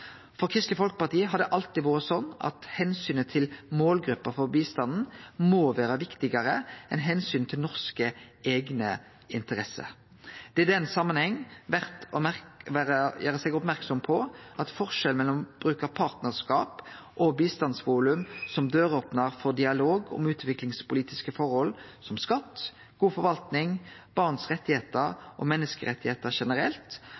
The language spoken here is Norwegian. For Kristeleg Folkeparti har det alltid vore slik at omsynet til målgruppa for bistanden må vere viktigare enn omsynet til norske eigeninteresser. Det er i den samanheng verdt å gjere merksam på forskjellen mellom å bruke partnarskap og bistandsvolum som døropnar for dialog om utviklingspolitiske forhold som skatt, god forvaltning, barns rettar og menneskerettar generelt